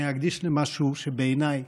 אני אקדיש למשהו שבעיניי